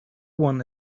one